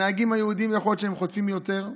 הנהגים היהודים אולי חוטפים יותר,